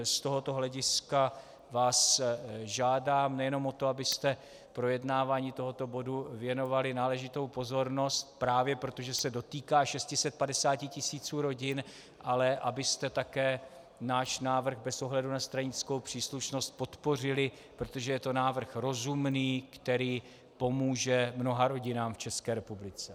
Z tohoto hlediska vás žádám nejenom o to, abyste projednávání tohoto bodu věnovali náležitou pozornost právě proto, že se dotýká 650 tisíc rodin, ale abyste také náš návrh bez ohledu na stranickou příslušnost podpořili, protože je to návrh rozumný, který pomůže mnoha rodinám v České republice.